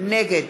נגד